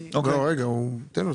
אני מתקן.